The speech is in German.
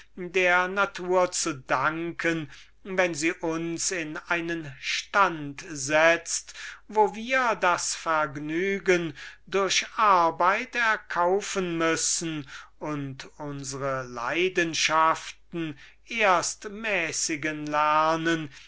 der natur zu danken wenn sie uns in einen stand setzt wo wir das vergnügen durch arbeit erkaufen müssen und vorher unsre leidenschaften mäßigen lernen